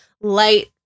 light